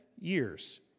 years